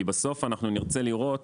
כי בסוף נרצה לראות